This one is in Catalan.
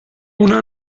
una